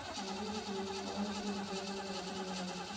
आलू के कवन से घर मे रखल जाला?